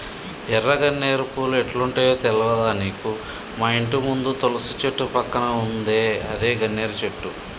ఎర్ర గన్నేరు పూలు ఎట్లుంటయో తెల్వదా నీకు మాఇంటి ముందు తులసి చెట్టు పక్కన ఉందే అదే గన్నేరు చెట్టు